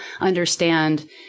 understand